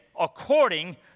according